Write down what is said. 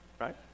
Right